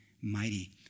mighty